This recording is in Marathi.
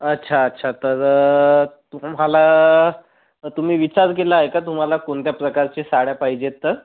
अच्छा अच्छा तर तुम्हाला तुम्ही विचार केला आहे का तुम्हाला कोणत्या प्रकारचे साड्या पाहिजे आहेत तर